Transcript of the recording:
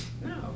No